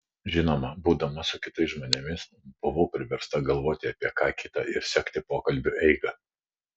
žinoma būdama su kitais žmonėmis buvau priversta galvoti apie ką kita ir sekti pokalbių eigą